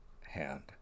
hand